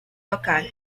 locale